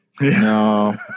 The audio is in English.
No